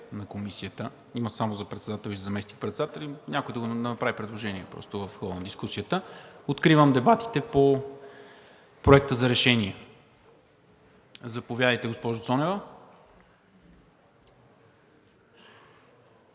на Комисията, а има само за председател и заместник председатели. Някой да направи предложение в хода на дискусията. Откривам дебатите по Проекта за решение. Заповядайте, госпожо Цонева.